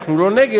אנחנו לא נגד,